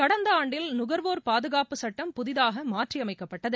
கடந்த ஆண்டில் நுகாவோர் பாதுகாப்பு சட்டம் புதிதாக மாற்றியமைக்கப்பட்டது